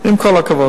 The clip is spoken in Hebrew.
עם כל הכבוד.